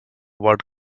word